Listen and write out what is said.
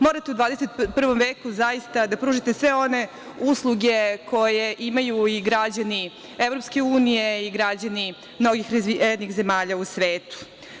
Morate u 21. veku zaista da pružite sve one usluge koje imaju i građani EU i građani mnogih razvijenih zemalja u svetu.